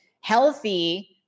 healthy